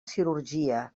cirurgia